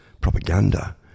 propaganda